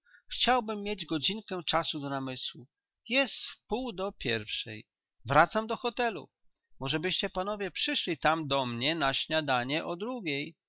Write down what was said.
chciałbym mieć godzinkę czasu do namysłu jest wpół do pierwszej wracam do hotelu możebyście panowie przyszli tam do mnie na śniadanie o drugiej